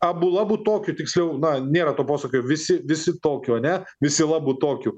abu labu tokiu tiksliau na nėra to posakio visi visi tokiu a ne visi labu tokiu